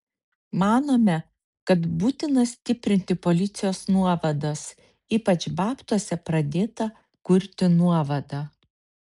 manome kad būtina stiprinti policijos nuovadas ypač babtuose pradėtą kurti nuovadą